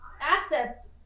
assets